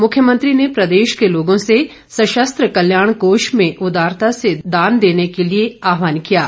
मुख्यमंत्री ने प्रदेश के लोगों से सशस्त्र कल्याण कोष में उदारता से दान देने के आहवान किया है